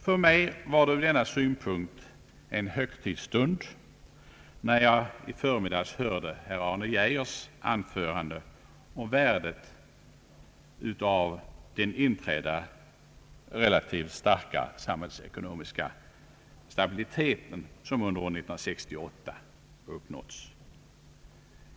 För mig var det ur denna synpunkt en högtidsstund när jag i förmiddags hörde herr Arne Geijers anförande om värdet av den relativt starka samhällsekonomiska stabilitet som under år 1968 uppnåtts.